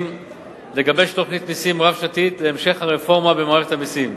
לגבש תוכנית מסים רב-שנתית להמשך הרפורמה במערכת המסים.